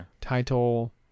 title